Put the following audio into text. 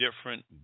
different